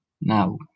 now